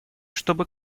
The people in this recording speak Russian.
чтобы